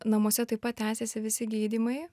namuose taip pat tęsėsi visi gydymai